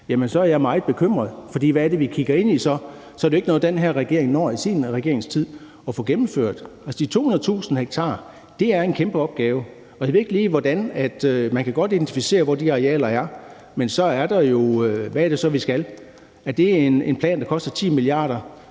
vis, er jeg meget bekymret. For hvad er det så, vi kigger ind i? Så er det jo ikke noget, den her regering når at få gennemført i sin regeringstid. Altså, de 200.000 ha er en kæmpe opgave. Man kan godt identificere, hvor de arealer er, men hvad er det så, vi skal? Er det en plan, der koster 10 milliarder?